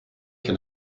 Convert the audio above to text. can